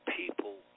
people